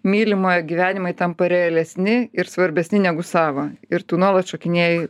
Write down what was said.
mylimojo gyvenimai tampa realesni ir svarbesni negu savo ir tu nuolat šokinėji